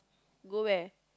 go where